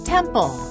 Temple